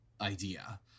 idea